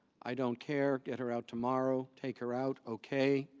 i don't care. get her out tomorrow. take her out. okay.